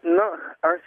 nu aš